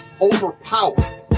overpowered